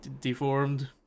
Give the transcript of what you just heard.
deformed